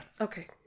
Okay